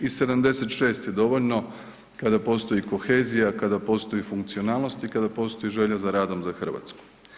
I 76 je dovoljno kada postoji kohezija, kada postoji funkcionalnost i kada postoji želja za radom za Hrvatsku.